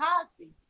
Cosby